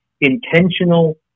intentional